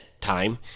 time